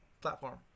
platform